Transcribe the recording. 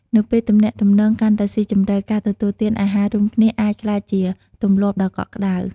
នៅពេលទំនាក់ទំនងកាន់តែស៊ីជម្រៅ ការទទួលទានអាហាររួមគ្នាអាចក្លាយជា ទម្លាប់ដ៏កក់ក្តៅ។